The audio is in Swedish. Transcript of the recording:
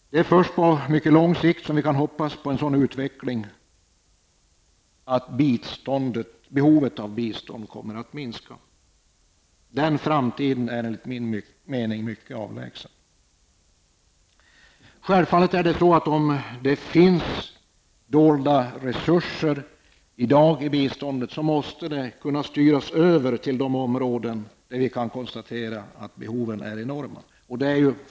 Det är först på mycket lång sikt som vi kan hoppas på en sådan utveckling att behovet av bistånd minskar. Den framtiden är, enligt min mening, mycket avlägsen. Finns det i dag dolda biståndsresurser måste medel självfallet kunna styras över till de områden där vi kan konstatera att behoven är enorma.